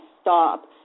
stop